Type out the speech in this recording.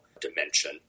dimension